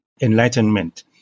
enlightenment